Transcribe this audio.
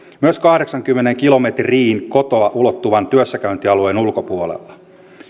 myös kahdeksaankymmeneen kilometriin kotoa ulottuvan työssäkäyntialueen ulkopuolella